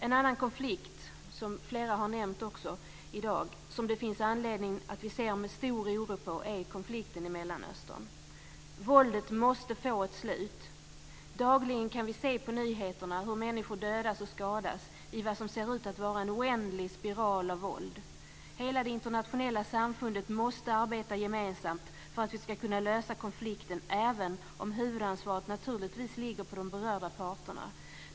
En annan konflikt som flera har nämnt i dag och som det finns anledning att vi ser med stor oro på är konflikten i Mellanöstern. Våldet måste få ett slut! Dagligen kan vi se på nyheterna hur människor dödas och skadas i vad som ser ut att vara en oändlig spiral av våld. Hela det internationella samfundet måste arbeta gemensamt för att vi ska kunna lösa konflikten, även om huvudansvaret naturligtvis ligger på de berörda parterna.